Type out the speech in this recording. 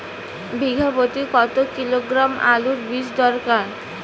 বিঘা প্রতি কত কিলোগ্রাম আলুর বীজ দরকার?